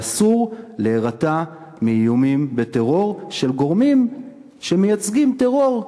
ואסור להירתע מאיומים בטרור של גורמים שמייצגים טרור,